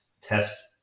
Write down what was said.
test